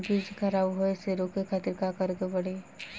बीज खराब होए से रोके खातिर का करे के पड़ी?